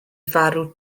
farw